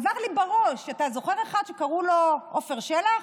עבר לי בראש, אתה זוכר אחד שקראו לו עפר שלח?